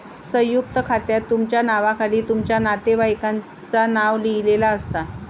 संयुक्त खात्यात तुमच्या नावाखाली तुमच्या नातेवाईकांचा नाव लिहिलेला असता